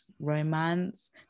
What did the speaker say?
romance